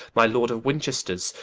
my lord of winchesters,